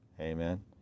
amen